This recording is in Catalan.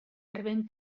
rebent